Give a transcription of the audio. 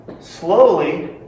slowly